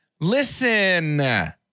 Listen